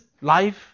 life